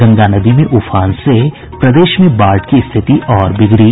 गंगा नदी में उफान से प्रदेश में बाढ़ की स्थिति और बिगड़ी